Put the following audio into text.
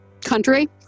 country